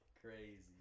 Crazy